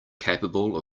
capable